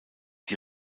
die